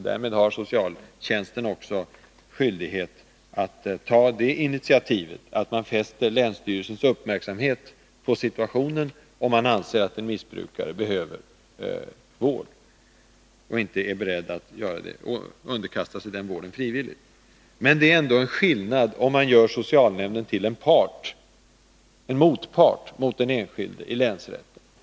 Därmed har socialtjänsten skyldighet att ta det initiativet, att man fäster länsstyrelsens uppmärksamhet på situationen, om man anser att en missbrukare behöver vård och inte är beredd att underkasta sig den vården frivilligt. Det är dock en skillnad, om man gör socialnämnden till en motpart mot den enskilde i länsrätten.